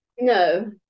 no